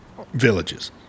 villages